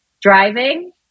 driving